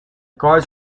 cards